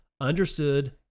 understood